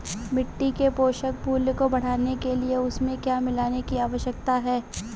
मिट्टी के पोषक मूल्य को बढ़ाने के लिए उसमें क्या मिलाने की आवश्यकता है?